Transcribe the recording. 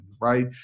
Right